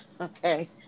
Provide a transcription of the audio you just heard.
Okay